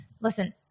listen